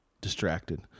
distracted